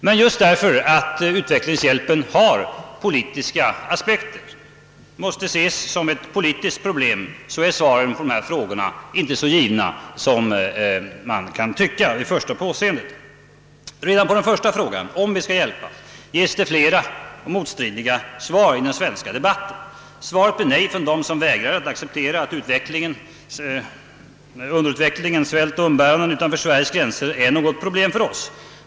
Men just därför att utvecklingshjälpen har politiska aspekter och måste ses såsom ett politiskt problem, är svaren på dessa frågor inte så givna som man kan tycka vid första påseendet. Redan på den första frågan — om vi skall hjälpa — ges det flera och motstridiga svar i den svenska debatten. Svaret blir nej av dem som vägrar att acceptera att utvecklingen, underutvecklingen, svält och umbäranden utanför Sveriges gränser är något problem för oss.